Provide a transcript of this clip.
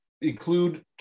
include